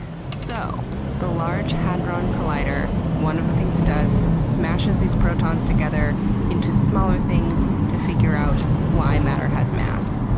so the large hadron collider, one of the things it does smashes protons together in to smaller things to figure out why matter has mass.